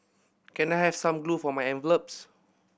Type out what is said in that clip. can I have some glue for my envelopes